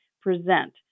present